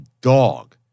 dog